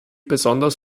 besonders